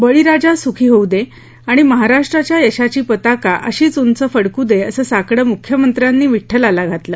बळीराजा सुखी होऊ दे आणि महाराष्ट्राच्या यशाची पताका अशीच उंच फडकू दे असं साकडं मुख्यमंत्र्यानी विड्ठलाला घातलं